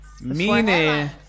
Meaning